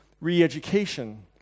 re-education